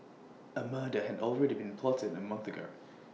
A murder had already been plotted A month ago